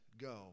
go